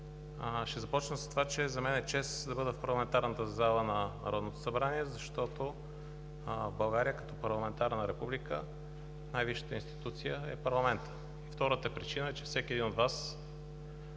Ще започна с това, че за мен е чест да бъда в парламентарната зала на Народното събрание, защото в България като парламентарна република най-висшата институция е парламентът. Втората причина е, че всеки един от Вас,